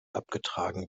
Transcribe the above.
abgetragen